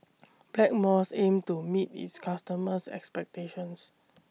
Blackmores aims to meet its customers' expectations